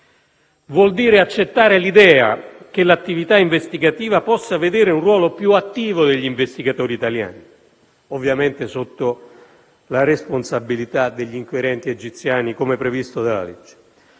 vuol dire accettare l'idea che l'attività investigativa possa vedere un ruolo più attivo degli investigatori italiani, ovviamente sotto la responsabilità degli inquirenti egiziani, come previsto dalla legge.